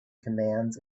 commands